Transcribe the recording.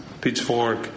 Pitchfork